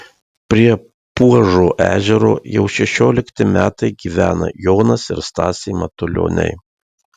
prie puožo ežero jau šešiolikti metai gyvena jonas ir stasė matulioniai